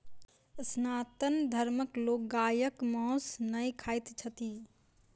सनातन धर्मक लोक गायक मौस नै खाइत छथि